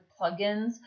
plugins